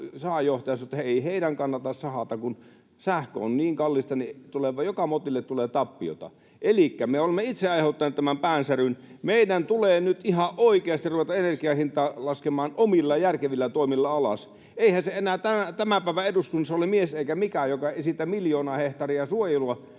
sahanjohtaja sanoi, että ei heidän kannata sahata, kun sähkö on niin kallista, että joka motille tulee tappiota. Elikkä me olemme itse aiheuttaneet tämän päänsäryn. Meidän tulee nyt ihan oikeasti ruveta energian hintaa laskemaan omilla järkevillä toimilla alas. Eihän se enää tämän päivän eduskunnassa ole mies eikä mikään, joka ei esitä miljoonaa hehtaaria suojelua,